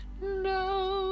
no